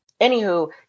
Anywho